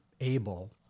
able